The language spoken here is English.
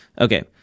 Okay